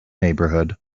neighbourhood